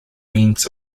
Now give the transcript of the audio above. means